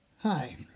Hi